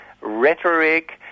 rhetoric